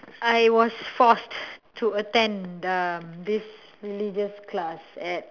I was forced to attend the this religious class at